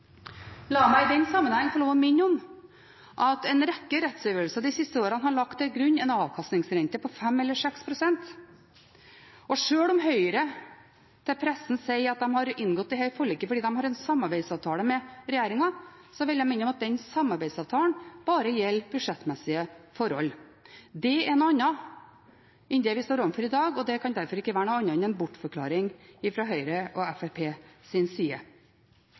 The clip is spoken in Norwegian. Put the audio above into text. La meg i den sammenheng få lov til å minne om at en rekke rettsavgjørelser de siste årene har lagt til grunn en avkastningsrente på 5 eller 6 pst., og sjøl om Høyre til pressen sier at de har inngått dette forliket fordi de har en samarbeidsavtale med regjeringen, vil jeg minne om at den samarbeidsavtalen bare gjelder budsjettmessige forhold. Det er noe annet enn det vi står overfor i dag, og det kan derfor ikke være noe annet enn en bortforklaring fra Høyre og Fremskrittspartiets side.